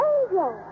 Angel